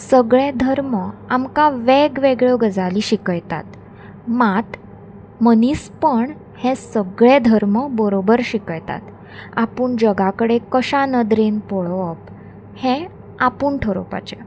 सगळें धर्म आमकां वेगवेगळ्यो गजाली शिकयतात मात मनीसपण हें सगळें धर्म बरोबर शिकयतात आपूण जग कडेन कश्या नदरेन पळोवप हें आपूण ठरोवपाचें